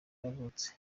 yavutse